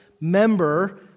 member